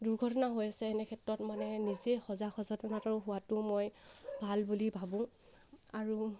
দুৰ্ঘটনা হৈ আছে এনেক্ষেত্ৰত মানে নিজেই সজাগ সযতনাটো হোৱাতো মই ভাল বুলি ভাবোঁ আৰু